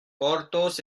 porthos